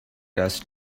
dust